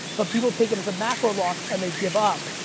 but people take it as a macro loss, and they give up.